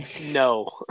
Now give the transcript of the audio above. No